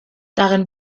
darin